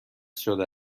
شده